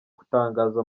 gutangaza